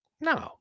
No